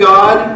God